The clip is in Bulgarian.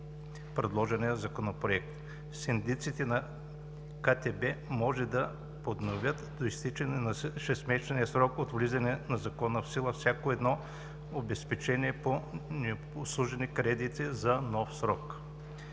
предложения параграф: „Синдиците на КТБ може да подновят до изтичане на шестмесечния срок от влизане на Закона в сила всяко едно обезпечение по необслужени кредити за нов срок“.